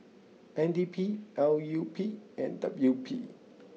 N D P L U P and W P